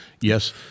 yes